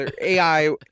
AI